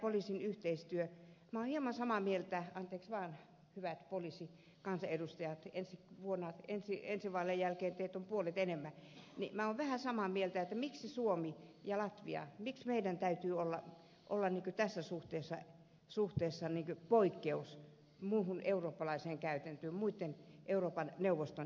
minä olen hieman samaa mieltä anteeksi vaan hyvät poliisikansanedustajat ensi vaalien jälkeen teitä on puolet enemmän että miksi suomen ja latvian täytyy olla tässä suhteessa poikkeus muuhun eurooppalaiseen muitten euroopan neuvoston jäsenmaiden käytäntöön verrattuna